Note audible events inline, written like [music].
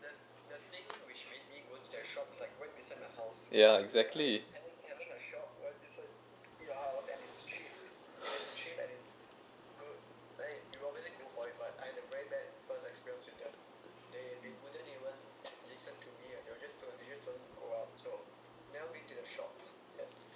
ya exactly [breath]